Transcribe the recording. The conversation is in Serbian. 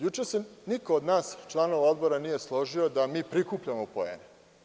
Juče se niko od nas, članova Odbora, nije složio da mi prikupljamo poene.